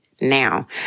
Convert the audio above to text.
now